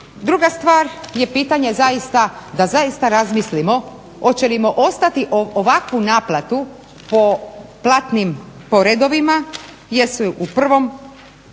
Druga stvar je pitanje da zaista razmislimo hoćemo li ostaviti ovakvu naplatu po platnim po redovima, jesu u prvom